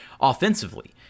offensively